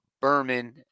Berman